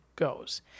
Goes